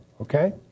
okay